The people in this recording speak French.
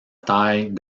taille